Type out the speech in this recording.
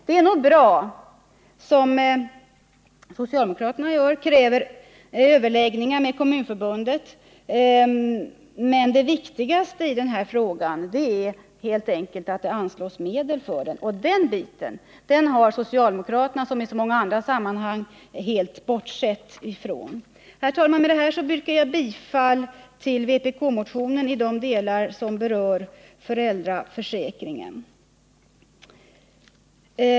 Det är nog bra, som socialdemokraterna gör, att kräva överläggningar med Kommunförbundet, men det viktigaste i denna fråga är helt enkelt att det anslås medel. Den biten har socialdemokraterna, som de gör på många andra områden, helt bortsett från. Med detta yrkar jag bifall till vpk-motionen i de delar som berör föräldraförsäkringen.